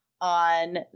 on